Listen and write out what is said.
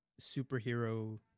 superhero